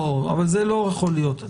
זה לא יכול להיות.